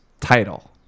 title